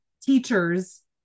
teachers